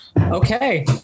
okay